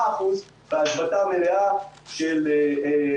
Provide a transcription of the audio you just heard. החלק האחרון של העיגול מדבר על האצת המשק.